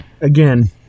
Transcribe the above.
Again